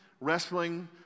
wrestling